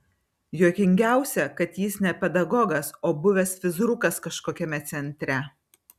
juokingiausia kad jis ne pedagogas o buvęs fizrukas kažkokiame centre